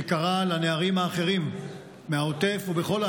שקרא לנערים האחרים מהעוטף ובכל הארץ,